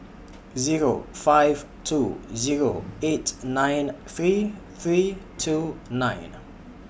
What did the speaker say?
Zero five two Zero eight nine three three two nine